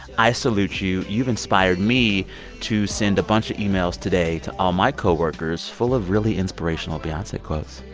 i salute you. you've inspired me to send a bunch of emails today to all my co-workers full of really inspirational beyonce quotes.